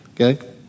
Okay